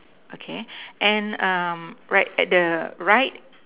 okay and um right at the right